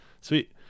Sweet